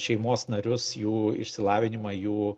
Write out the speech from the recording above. šeimos narius jų išsilavinimą jų